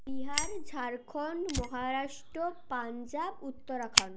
Bihar Jharkhand Maharashtra Punjab Uttarakhand